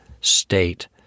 state